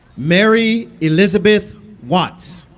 mary elizabeth watts